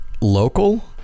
local